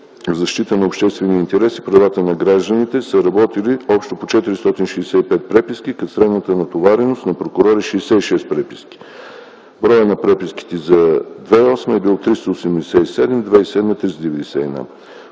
защита на обществения интерес и правата на гражданите” са работили общо по 465 преписки, като средната натовареност на прокурор е 66 преписки. Броят на преписките за 2008 г. е бил 387, а за